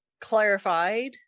clarified